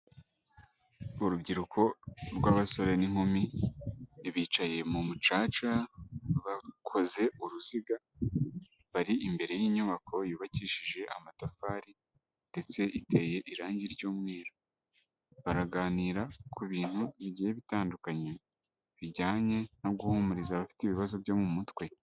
Urubyiruko rw'abasore n'inkumi bicaye mu mucaca bakoze uruziga bari imbere y'inyubako yubakishije amatafari ndetse iteye irangi ry'mweru baraganira ku bintu bigiye bitandukanye bijyanye no guhumuriza abafite ibibazo byo mu mutwe.